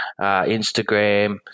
Instagram